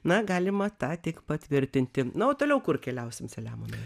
na galima tą tik patvirtinti na o toliau kur keliausim selemonai